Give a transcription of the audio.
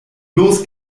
los